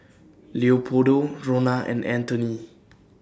Leopoldo Ronna and Anthoney